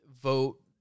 vote